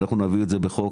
אנחנו נביא את זה בחוק